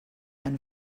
and